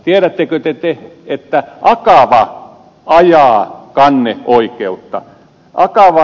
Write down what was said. tiedättekö te että akava ajaa kanneoikeutta